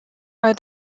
are